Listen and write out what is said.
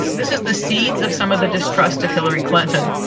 this is the seeds of some of the distrust of hillary clinton.